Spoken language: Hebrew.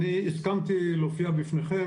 אני הסכמתי להופיע בפניכם,